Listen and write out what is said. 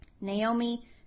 Naomi